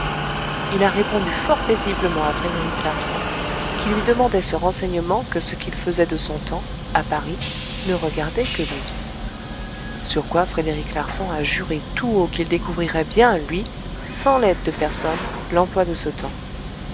il a répondu fort paisiblement à frédéric larsan qui lui demandait ce renseignement que ce qu'il faisait de son temps à paris ne regardait que lui sur quoi frédéric larsan a juré tout haut qu'il découvrirait bien lui sans l'aide de personne l'emploi de ce temps